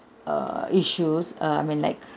err issues err I mean like